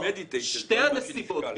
שתי הנסיבות,